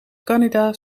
canada